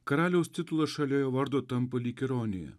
karaliaus titulas šalia jo vardo tampa lyg ironija